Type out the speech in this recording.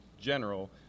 general